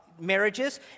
marriages